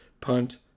punt